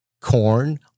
corn